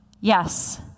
Yes